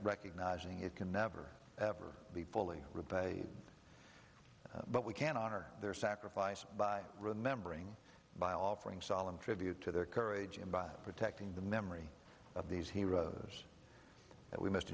recognizing it can never ever be fully repay but we can honor their sacrifice by remembering by offering solemn tribute to their courage in protecting the memory of these heroes that we must